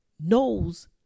knows